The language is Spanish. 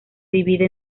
divide